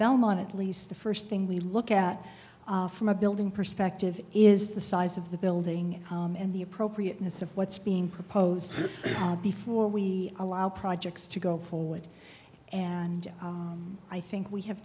belmont at least the first thing we look at from a building perspective is the size of the building and the appropriateness of what's being proposed before we allow projects to go forward and i think we have